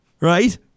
right